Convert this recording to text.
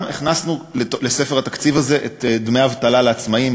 וגם הכנסנו לספר התקציב הזה את דמי האבטלה לעצמאים,